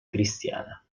cristiana